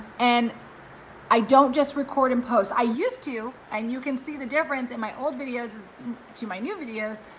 and i don't just record and post, i used to and you can see the difference in my old videos to my new videos,